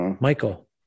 Michael